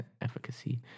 efficacy